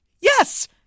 yes